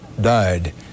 died